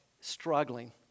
struggling